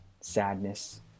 sadness